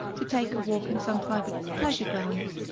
to take a walk in some private pleasure grounds,